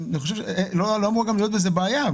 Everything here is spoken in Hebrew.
לא אמורה להיות עם זה בעיה.